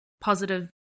positive